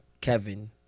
Kevin